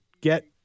get